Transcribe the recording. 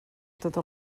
tota